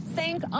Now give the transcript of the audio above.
Thank